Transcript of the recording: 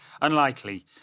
unlikely